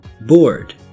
Bored